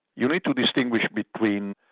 you need to distinguish between